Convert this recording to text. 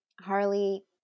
Harley